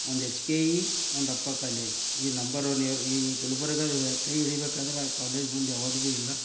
ಒಂದು H K E ಒಂದಪ್ಪ college ಈ ನಂಬರ್ ಒನ್ ಯಾ ಈ ಈ ಗುಲ್ಬರ್ಗಯ ಕೈಹಿಡಿಬೇಕಾದ್ರೆ ಆ ಕಾಲೇಜ್ ಮುಂದೆ ಯಾವುದು ಬಿ ಇಲ್ಲ